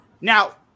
Now